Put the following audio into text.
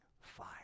fire